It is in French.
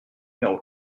numéro